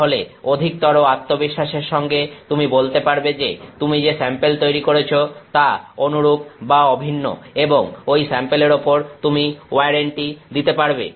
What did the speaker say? তাহলে অধিকতর আত্মবিশ্বাসের সঙ্গে তুমি বলতে পারবে যে তুমি যে স্যাম্পেল তৈরী করেছ তা অনুরূপ বা অভিন্ন এবং ঐ স্যাম্পেলের ওপর তুমি ওয়ারেন্টি দিতে পারবে